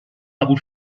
قبول